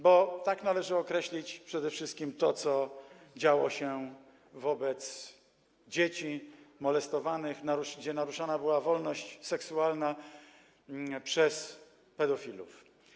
Bo tak należy określić przede wszystkim to, co działo się wobec dzieci molestowanych, kiedy naruszana była ich wolność seksualna przez pedofilów.